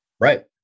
Right